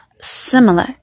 similar